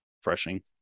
refreshing